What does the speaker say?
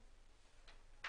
בבקשה, חזרת אלינו